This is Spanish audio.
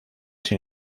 sin